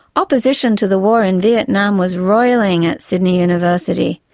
opposition to the war in vietnam was roiling at sydney university,